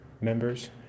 members